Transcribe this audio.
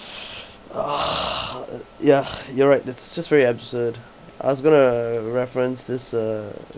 ah ya you're right it's just very absurd I was going to reference this uh